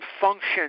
function